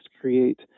create